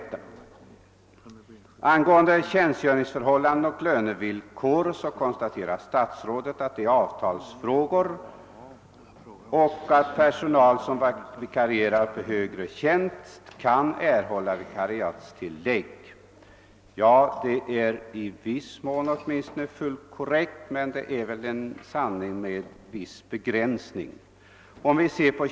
Statsrådet konstaterar att tjänstgöringsförhållanden och lönevillkor är avtalsfrågor och att personal som vikarierar på högre tjänst kan erhålla vikariatslön. Ja, det är åtminstone i viss mån korrekt, men det är också en sanning med någon begränsning.